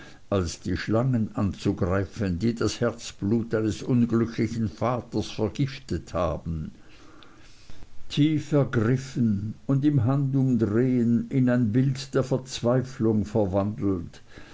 als die schlangen anzugreifen die das herzblut seines unglücklichen vaters vergiftet haben tief ergriffen und im handumdrehen in ein bild der verzweiflung verwandelt